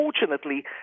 unfortunately